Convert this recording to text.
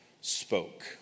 spoke